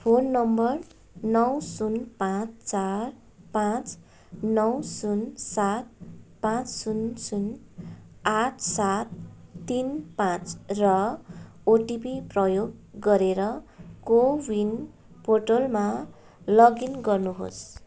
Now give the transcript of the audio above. phone number नौ शून्य पाँच चार पाँच नौ शून्य सात पाँच शून्य शून्य आठ सात तिन पाँच र ओटिपी प्रयोग गरेर कोविन पोर्टलमा लगइन गर्नु होस्